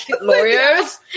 lawyers